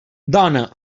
dona